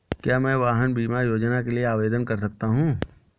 क्या मैं वाहन बीमा योजना के लिए आवेदन कर सकता हूँ?